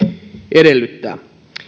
edellyttää